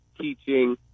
teaching